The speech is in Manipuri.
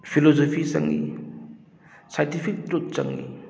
ꯐꯤꯂꯣꯖꯣꯐꯤ ꯆꯪꯉꯤ ꯁꯥꯏꯟꯇꯤꯐꯤꯛ ꯇ꯭ꯔꯨꯠ ꯆꯪꯉꯤ